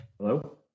Hello